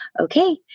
okay